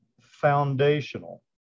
foundational